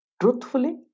truthfully